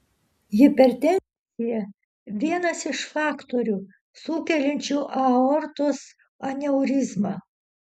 hipertenzija vienas iš faktorių sukeliančių aortos aneurizmą